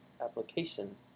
application